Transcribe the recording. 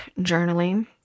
journaling